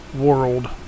world